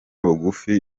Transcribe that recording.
bugufi